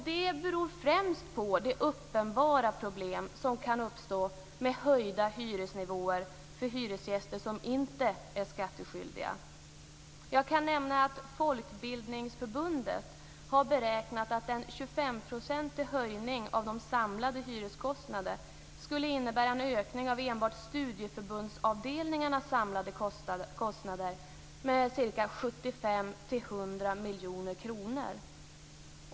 Det beror främst på de uppenbara problem som kan uppstå med höjda hyresnivåer för hyresgäster som inte är skattskyldiga. procentig höjning av de samlade hyreskostnaderna skulle innebära en ökning enbart av studieförbundsavdelningarnas samlade kostnader med 75-100 miljoner kronor.